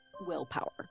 willpower